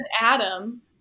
Adam